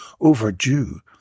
overdue